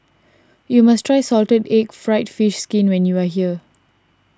you must try Salted Egg Fried Fish Skin when you are here